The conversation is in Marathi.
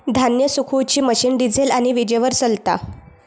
धान्य सुखवुची मशीन डिझेल आणि वीजेवर चलता